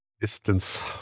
Distance